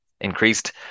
increased